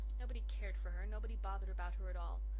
nobody cared for her nobody bothered about her at all.